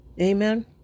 amen